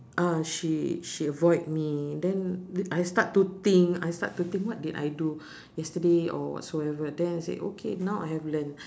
ah she she avoid me then I start to think I start to think what did I do yesterday or whatsoever then I said okay now I have learnt